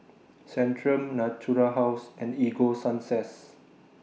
Centrum Natura House and Ego Sunsense